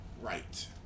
right